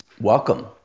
welcome